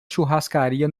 churrascaria